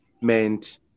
meant